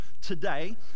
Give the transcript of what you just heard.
today